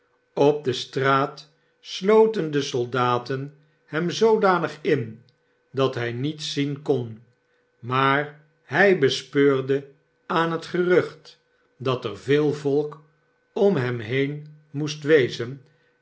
op de straat sloten de soldaten hem zoodanig in dat hij niets zien kon maar hij bespeurde aan het gerucht dat er veel volk om hem heen moest wezen